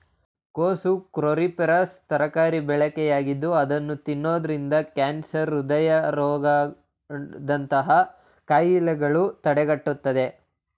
ಕೋಸು ಕ್ರೋಸಿಫೆರಸ್ ತರಕಾರಿ ಬೆಳೆಯಾಗಿದ್ದು ಅದನ್ನು ತಿನ್ನೋದ್ರಿಂದ ಕ್ಯಾನ್ಸರ್, ಹೃದಯ ರೋಗದಂತಹ ಕಾಯಿಲೆಗಳನ್ನು ತಡೆಗಟ್ಟುತ್ತದೆ